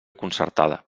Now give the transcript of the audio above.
concertada